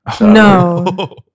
No